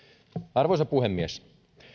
arvoisa puhemies